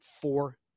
four